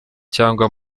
cyangwa